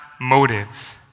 motives